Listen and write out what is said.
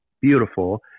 beautiful